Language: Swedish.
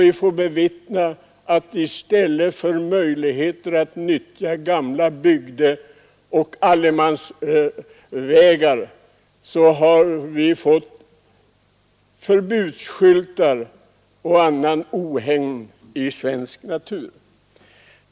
I stället för möjligheter att nyttja gamla bygder och allemansvägar har vi fått förbudsskyltar och annat ohägn.